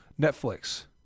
Netflix